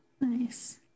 nice